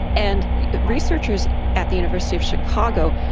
and the researchers at the university of chicago